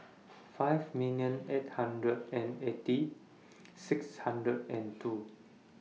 five million eight hundred and eighty six hundred and two